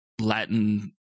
Latin